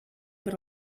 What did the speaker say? per